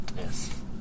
yes